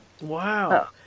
Wow